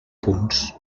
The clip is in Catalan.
punts